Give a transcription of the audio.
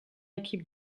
équipe